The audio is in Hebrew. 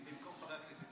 במקום חבר הכנסת טיבי.